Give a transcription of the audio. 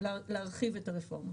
שנשקול להרחיב את הרפורמה.